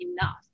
enough